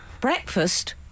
breakfast